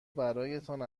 برایتان